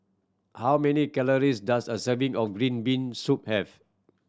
how many calories does a serving of green bean soup have